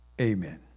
Amen